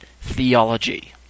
Theology